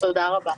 תודה רבה.